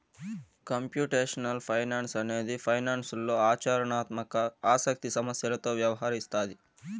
computational finance అనేది ఫైనాన్స్లో ఆచరణాత్మక ఆసక్తి సమస్యలతో వ్యవహరిస్తాది